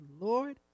Lord